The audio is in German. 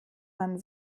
man